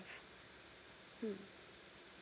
mm